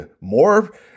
more